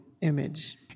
image